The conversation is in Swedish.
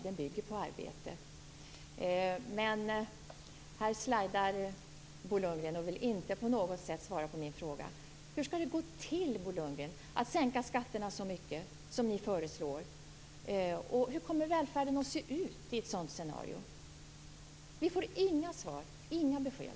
Den bygger på arbete. Men här slajdar Bo Lundgren och vill inte på något sätt svara på min fråga. Hur skall det gå till, Bo Lundgren, att sänka skatterna så mycket som ni föreslår? Hur kommer välfärden att se ut i ett sådant scenario? Vi får inga svar, inga besked.